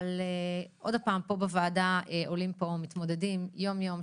אבל פה בוועדה עולים מתמודדים יום-יום,